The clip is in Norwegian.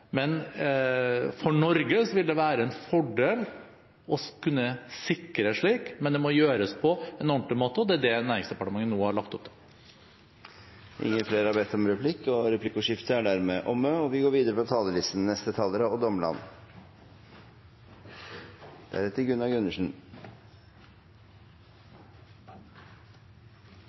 Men så må vi også gi den type forutsigbarhet hjemme, og det er avveininger rundt dette. For Norge vil det være en fordel å kunne sikre en slik, men det må gjøres på en ordentlig måte, og det er det Næringsdepartementet nå har lagt opp til. Replikkordskiftet er dermed omme. Norsk næringsliv og verdiskaping er